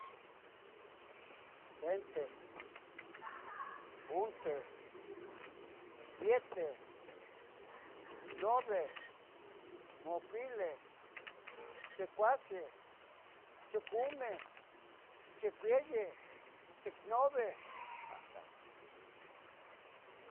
Senteh, unteh, yeteh, noveh, mocuileh, checuaseh, chucumeh, chicuelle, chicnovi, mahtlactle.